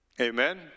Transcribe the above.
Amen